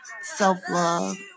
self-love